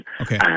Okay